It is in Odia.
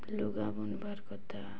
ଲୁଗା ବୁନବାର୍ କଥା